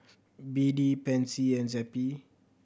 B D Pansy and Zappy